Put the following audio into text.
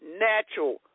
natural